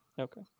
Okay